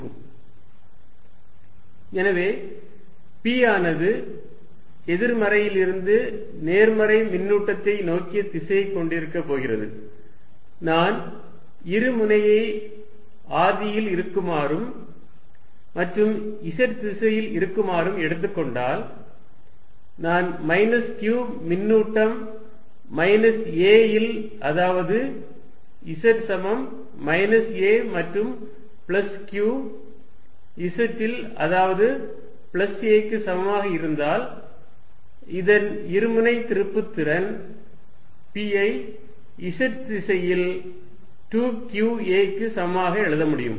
p2qa எனவே p ஆனது எதிர்மறையிலிருந்து நேர்மறை மின்னூட்டத்தை நோக்கிய திசையைக் கொண்டிருக்கப் போகிறது நான் இருமுனையை ஆதியில் இருக்குமாறும் மற்றும் z திசையில் இருக்குமாறும் எடுத்துக்கொண்டால் நான் மைனஸ் q மின்னூட்டம் மைனஸ் a இல் அதாவது z சமம் மைனஸ் a மற்றும் பிளஸ் q z இல் அதாவது பிளஸ் a க்கு சமமாக இருந்தால் இதன் இருமுனை திருப்புத்திறன் p ஐ z திசையில் 2qa க்கு சமமாக எழுத முடியும்